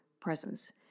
presence